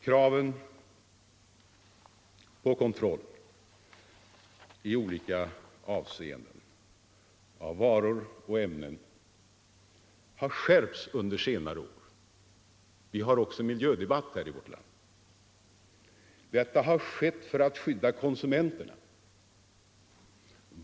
Kraven på kontroll i olika avseenden av varor och ämnen har skärpts Nr 132 under senare år. Vi har också en miljödebatt här i vårt land. Detta har Måndagen den skett för att skydda konsumenterna.